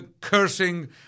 cursing